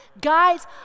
Guys